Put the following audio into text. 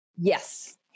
yes